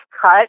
cut